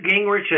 Gingrich